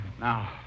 Now